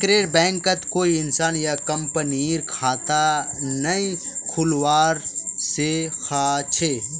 बैंकरेर बैंकत कोई इंसान या कंपनीर खता नइ खुलवा स ख छ